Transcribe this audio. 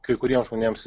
kai kuriems žmonėms